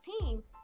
team